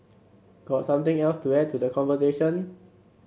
got something else to add to the conversation